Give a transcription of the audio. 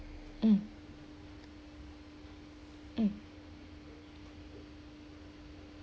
mm mm